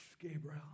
Gabriel